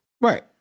Right